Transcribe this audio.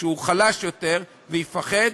שהוא חלש יותר ויפחד,